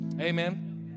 Amen